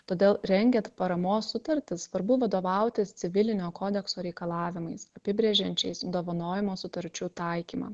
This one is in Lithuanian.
todėl rengiat paramos sutartis svarbu vadovautis civilinio kodekso reikalavimais apibrėžiančiais dovanojimo sutarčių taikymą